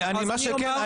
מה שכן,